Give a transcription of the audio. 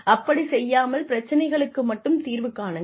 அப்படிச் செய்யாமல் பிரச்சனைகளுக்கு மட்டும் தீர்வு காணுங்கள்